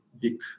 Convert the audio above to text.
big